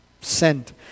sent